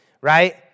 right